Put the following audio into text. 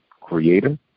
creator